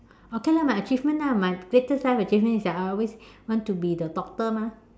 okay lah my achievement lah my latest life achievement is that I always want to be a doctor mah